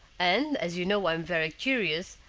and, as you know i am very curious,